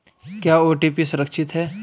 क्या ओ.टी.पी सुरक्षित है?